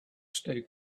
stay